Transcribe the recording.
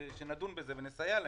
שנדון בזה ונסייע להם.